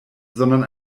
sondern